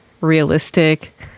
realistic